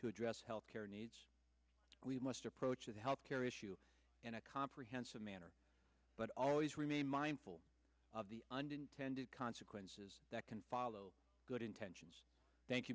to address health care needs we must approach with health care issue in a comprehensive manner but always remain mindful of the unintended consequences that can follow good intentions thank you